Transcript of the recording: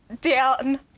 down